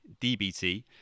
DBT